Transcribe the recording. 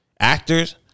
Actors